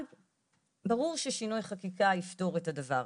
שברור ששינוי חקיקה יפתור את הדבר,